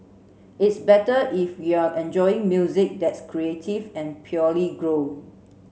it's better if you're enjoying music that's creative and purely grown